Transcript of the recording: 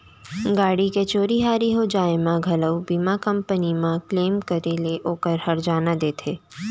गाड़ी के चोरी हारी हो जाय म घलौ बीमा कंपनी म क्लेम करे ले ओकर हरजाना देथे